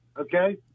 Okay